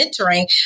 mentoring